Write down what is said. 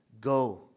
go